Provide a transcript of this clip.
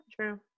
true